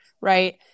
right